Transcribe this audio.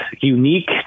unique